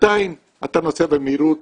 עדיין אתה נוסע במהירות